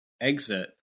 Exit